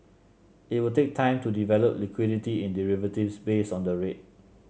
it will take time to develop liquidity in derivatives based on the rate